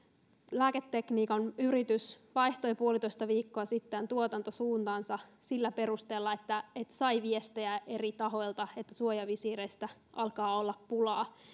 lääketekniikan yritys vaihtoi puolitoista viikkoa sitten tuotantosuuntaansa sillä perusteella että sai viestejä eri tahoilta että suojavisiireistä alkaa olla pulaa